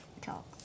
Talk